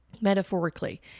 metaphorically